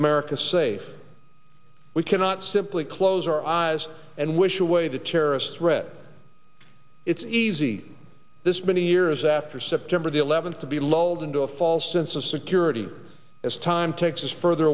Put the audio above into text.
america safe we cannot simply close our eyes and wish away the terrorist threat it's easy this many years after september the eleventh to be lulled into a false sense of security as time texas further